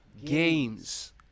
games